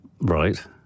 Right